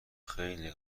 خیلی